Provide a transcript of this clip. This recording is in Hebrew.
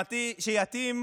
שיתאים